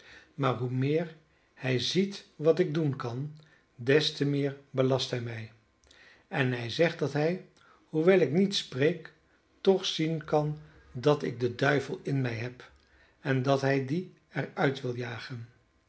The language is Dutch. maar hoe meer hij ziet wat ik doen kan des te meer belast hij mij en hij zegt dat hij hoewel ik niet spreek toch zien kan dat ik den duivel in mij heb en dat hij dien er uit wil jagen